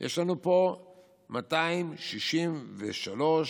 יש לנו פה 263 כיתות,